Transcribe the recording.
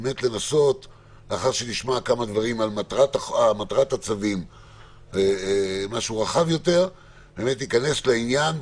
לאחר שנשמע משהו רחב יותר על מטרת הצווים להיכנס לעניין,